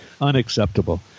Unacceptable